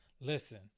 Listen